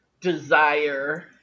desire